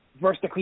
versus